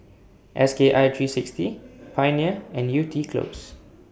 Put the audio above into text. S K I three sixty Pioneer and Yew Tee Close